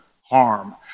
harm